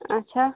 اچھا